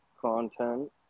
content